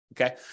okay